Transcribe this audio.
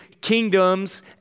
kingdoms